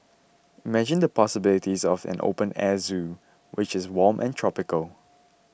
imagine the possibilities of an open air zoo which is warm and tropical